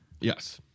Yes